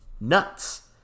nuts